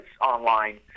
online